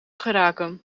geraken